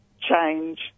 change